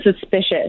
suspicious